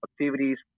activities